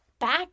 back